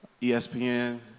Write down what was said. ESPN